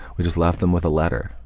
we just left them with a letter.